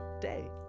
day